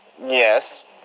Yes